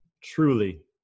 Truly